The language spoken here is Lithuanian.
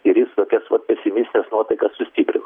ir jis tokias va pesimistines nuotaikas sustiprino